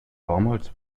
damals